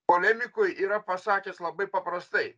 polemikoj yra pasakęs labai paprastai